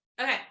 Okay